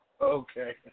Okay